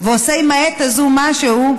ועושה עם העת הזו משהו,